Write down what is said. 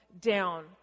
down